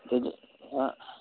जे निं हां